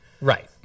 Right